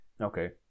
Okay